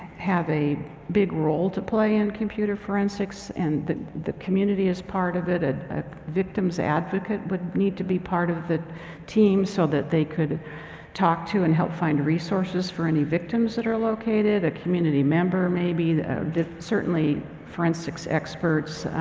have a big role to play in computer forensics. and the the community is part of it. a victim's advocate would need to be part of the teams so that they could talk to and help find resources for any victims that are located. a community member may be, the the certainly forensics experts,